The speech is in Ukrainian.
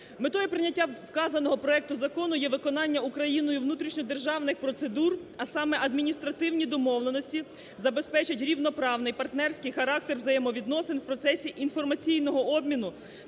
Метою прийняття вказаного проекту закону є виконання Україною внутрішньодержавних процедур, а саме Адміністративні домовленості забезпечать рівноправний партнерський характер взаємовідносин в процесі інформаційного обміну